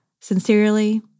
Sincerely